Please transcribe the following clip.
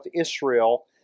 Israel